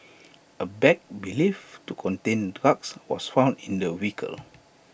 A bag believed to contain drugs was found in the vehicle